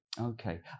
Okay